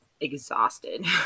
exhausted